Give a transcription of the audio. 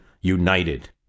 united